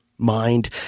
Mind